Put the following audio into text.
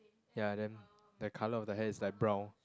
ya then the colour of the hair is like brown